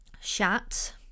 shat